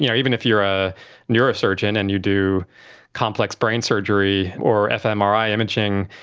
you know even if you are a neurosurgeon and you do complex brain surgery or fmri imaging,